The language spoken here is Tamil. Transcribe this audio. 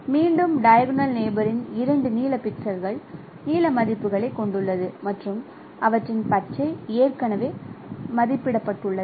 மீண்டும் டைகோனல் நெயிபோரின் இரண்டு நீல பிக்சல்கள் நீல மதிப்புகளைக் கொண்டுள்ளது மற்றும் அவற்றின் பச்சை ஏற்கனவே மதிப்பிடப்பட்டுள்ளது